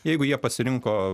jeigu jie pasirinko